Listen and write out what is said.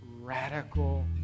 radical